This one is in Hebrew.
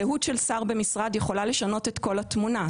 זהות של שר במשרד יכולה לשנות את כל התמונה,